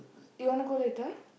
you wanna go later